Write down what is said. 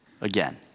again